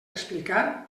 explicar